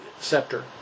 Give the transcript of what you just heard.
scepter